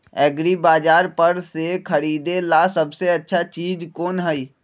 एग्रिबाजार पर से खरीदे ला सबसे अच्छा चीज कोन हई?